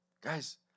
Guys